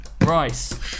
Rice